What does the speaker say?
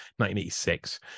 1986